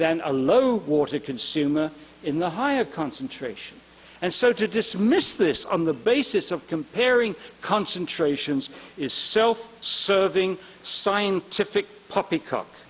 than a low water consumer in the higher concentration and so to dismiss this on the basis of comparing concentrations is self serving scientific poppyco